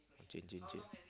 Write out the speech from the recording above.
change change change